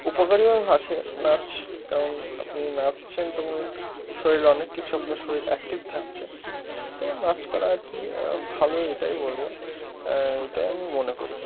উপকারীও আছে নাচ কারণ আপনি নাচছেন তখন শরীরে অনেক কিছু আপনার শরীর অ্যাক্টিভ থাকছে তো নাচ করা আর কি ভালো এটাই বলব এটাই আমি মনে করি